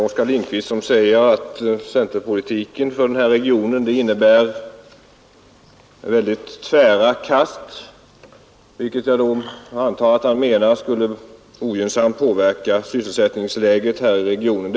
Oskar Lindkvist säger att centerpolitiken för Storstockholmsregionen innebär väldigt tvära kast, och jag antar att han menar att detta då skulle ogynnsamt påverka sysselsättningsläget i regionen.